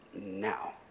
now